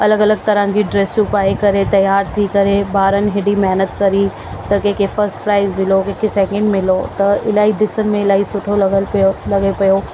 अलॻि अलॻि तरहनि जी ड्रेसियूं पाए करे तयार थी करे ॿारनि हेॾी महिनत करी त कंहिंखे फस्ट प्राइज मिलो कंहिंखे सैकेंड मिलियो त इलाही ॾिसण में इलाही सुठो लॻियल पियो लॻे पियो